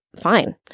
fine